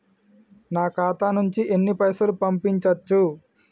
నా ఖాతా నుంచి ఎన్ని పైసలు పంపించచ్చు?